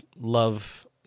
love